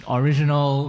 original